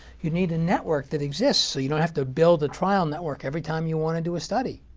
you need a network that exists so you don't have to build a trial network every time you want to do a study.